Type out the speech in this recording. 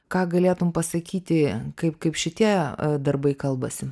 ką galėtum pasakyti kaip kaip šitie darbai kalbasi